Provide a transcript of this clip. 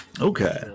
Okay